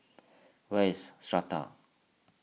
where is Strata